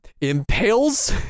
impales